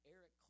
Eric